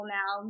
now